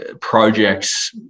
projects